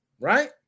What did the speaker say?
right